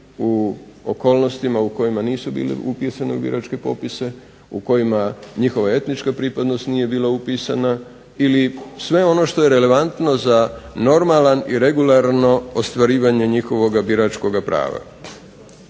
u okolnostima u kojima nisu bili upisani u biračke popisa u kojima njihova etnička pripadnost nije bila upisana ili sve ono što je relevantno za normalan i regularno ostvarivanje njihovog biračkog prava.